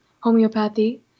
homeopathy